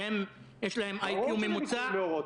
שיש להם IQ ממוצע,